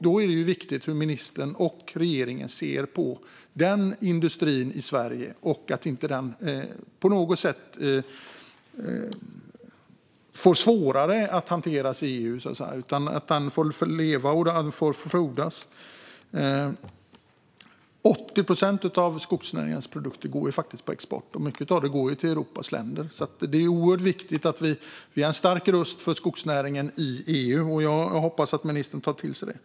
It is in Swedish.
Då är det viktigt hur ministern och regeringen ser på den industrin i Sverige så att den inte får svårare att hanteras i EU utan att den får leva och frodas. 80 procent av skogsnäringens produkter går faktiskt på export, och mycket av dem går till Europas länder. Det är därför oerhört viktigt att vi är en stark röst för skogsnäringen i EU. Jag hoppas att ministern tar till sig detta.